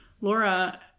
Laura